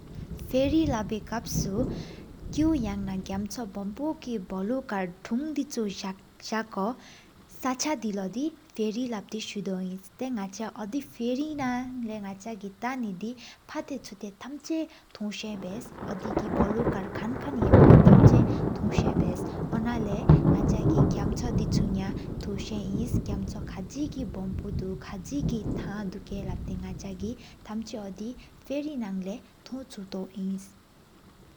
ཕེར་རི་ལབོའི་དཀབ་སུ་ཡང་ན་གམཆོ་གི་བོ་ལོ་། ཐུང་ཟག་འཟག་བསག་ད་ལོ་ཕེར་རི་ལབ་ཏེ་སུ་དོ་ཨིན། ཏེ་ནག་ཆ་ཨོ་དེ་ཕེར་རི་ནང་ལེ་ཐག་ནེ་དི། ཕ་ཏ་ཕྱུ་ཏ་ཐམ་ཆ་ཐུག་ས་བསཡས། ཨོ་དེ་གི་བོ་ལོ་ཨཀར་ཁན་ཁན་ཡེ་པོ་ཐམ་ཆ། ཐོག་ས་བསཡས་ཨ་ན་ལེ་ནག་ཆ་གི། གམཆོ་བི་ཆུ་ཏ་ཐོག་ས་ཨིན། གམཆོ་དི་གི་བརྦོལ་བཏོ་ཁ་ས་བརྦོ་ན་དི། ཐང་བདོག་ལབ་ཏེ་ནག་ཆ་གི་ཐམ་ཆ ཨོ་དི་ཕེར་རི་ན་ལེ་ཐོག་ཆུག་ས་བསཡས་།